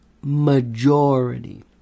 majority